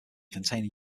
containing